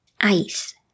Ice